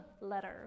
letter